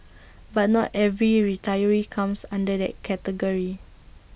but not every retiree comes under that category